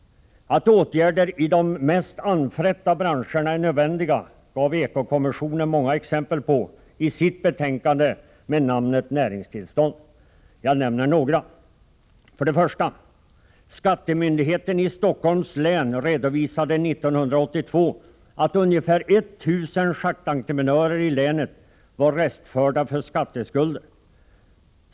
Att åtgärder i de mest anfrätta branscherna är nödvändiga gav ekokommissionen många exempel på i sitt betänkande med namnet Näringstillstånd. Jag nämner några: För det första: Skattemyndigheten i Stockholms län redovisade 1982 att ungefär 1 000 schaktentreprenörer i länet var restförda för skatteskulder.